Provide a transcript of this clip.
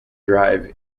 drive